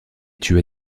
tua